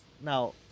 now